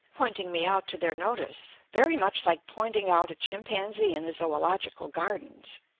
pointing me out to their notice, very much like pointing out a chimpanzee in the zoological gardens.